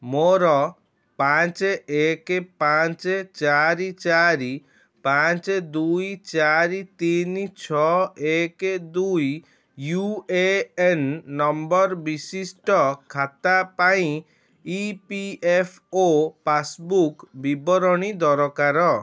ମୋର ପାଞ୍ଚ ଏକ ପାଞ୍ଚ ଚାରି ଚାରି ପାଞ୍ଚ ଦୁଇ ଚାରି ତିନି ଛଅ ଏକ ଦୁଇ ୟୁ ଏ ଏନ୍ ନମ୍ବର ବିଶିଷ୍ଟ ଖାତା ପାଇଁ E P F O passbook ବିବରଣୀ ଦରକାର